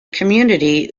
community